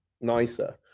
nicer